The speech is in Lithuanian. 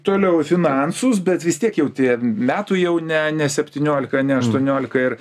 toliau finansus bet vis tiek jau tie metų jau ne ne septyniolika ne aštuoniolika ir